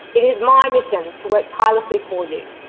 it is my mission to work tirelessly for you.